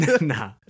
Nah